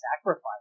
sacrifice